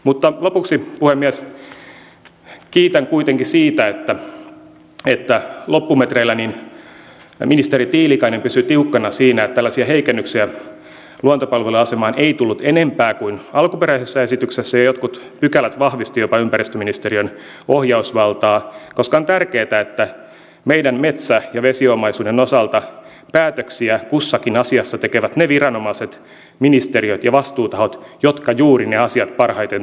mutta lopuksi puhemies kiitän kuitenkin siitä että loppumetreillä ministeri tiilikainen pysyi tiukkana siinä että tällaisia heikennyksiä luontopalvelujen asemaan ei tullut enempää kuin alkuperäisessä esityksessä ja jotkut pykälät vahvistivat jopa ympäristöministeriön ohjausvaltaa koska on tärkeätä että meidän metsä ja vesiomaisuuden osalta päätöksiä kussakin asiassa tekevät ne viranomaiset ministeriöt ja vastuutahot jotka juuri ne asiat parhaiten tuntevat